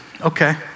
Okay